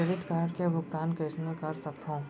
Credit card के भुगतान कईसने कर सकथो?